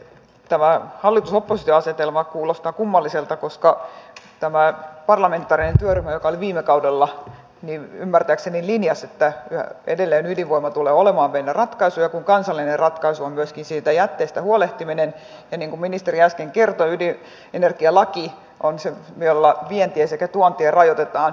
tämä hallitusoppositio asetelma kuulostaa kummalliselta koska tämä parlamentaarinen työryhmä joka oli viime kaudella ymmärtääkseni linjasi että edelleen ydinvoima tulee olemaan meillä ratkaisu ja kansallinen ratkaisu on myöskin siitä jätteestä huolehtiminen ja niin kuin ministeri äsken kertoi ydinenergialaki on se jolla vientiä sekä tuontia rajoitetaan